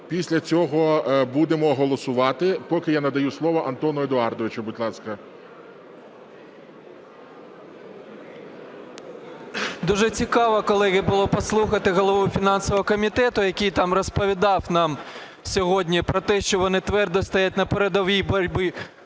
після цього будемо голосувати. Поки я надаю слово Антону Едуардовичу, будь ласка, 10:38:31 ПОЛЯКОВ А.Е. Дуже цікаво, колеги, було послухати голову фінансового комітету, який там розповідав нам сьогодні про те, що вони твердо стоять на передовій боротьбі